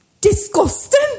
disgusting